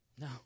no